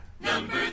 Number